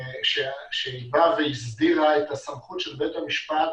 שבאה והסדירה את סמכות בית המשפט